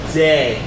day